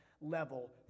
Level